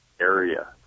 area